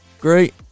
Great